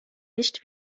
nicht